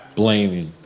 blaming